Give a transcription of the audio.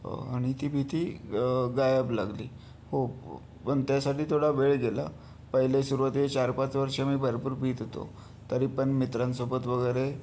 आणि ती भीती गायब लागली हो पण त्यासाठी थोडा वेळ गेला पहिले सुरुवातीचे चार पाच वर्ष मी भरपूर भीत होतो तरीपण मित्रांसोबत वगैरे